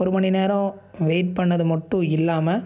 ஒரு மணிநேரம் வெயிட் பண்ணது மட்டும் இல்லாம